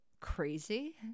crazy